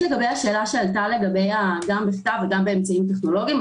לגבי השאלה על טענות בכתב וגם באמצעים טכנולוגיים,